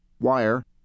wire